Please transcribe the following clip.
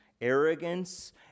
arrogance